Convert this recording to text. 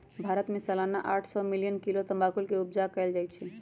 भारत में सलाना आठ सौ मिलियन किलो तमाकुल के उपजा कएल जाइ छै